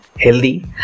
healthy